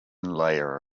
layer